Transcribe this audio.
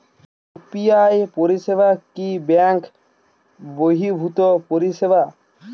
UPI পরিসেবা কি bank বর্হিভুত পরিসেবা?